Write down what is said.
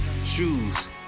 Shoes